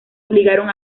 obligaron